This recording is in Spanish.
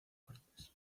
cortes